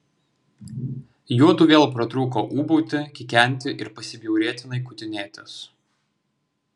juodu vėl pratrūko ūbauti kikenti ir pasibjaurėtinai kutinėtis